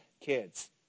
kids